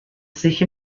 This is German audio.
sich